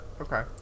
Okay